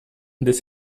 this